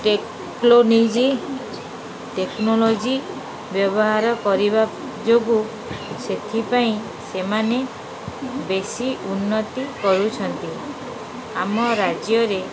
ଟେକ୍ଲୋନିଜି technology ବ୍ୟବହାର କରିବା ଯୋଗୁଁ ସେଥିପାଇଁ ସେମାନେ ବେଶୀ ଉନ୍ନତି କରୁଛନ୍ତି ଆମ ରାଜ୍ୟରେ